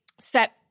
set